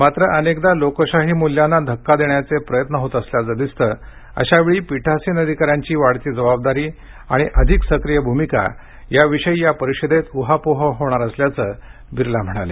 मात्र अनेकदा लोकशाही मूल्यांना धक्का देण्याचे प्रयत्न होत असल्याचं दिसत अशावेळी पीठासीन अधिकाऱ्यांची वाढती जाबाबदारी आणि अधिक सक्रीय भूमिका याविषयी या परिषदेत उहापोह होणार असल्याचं बिर्ला म्हणाले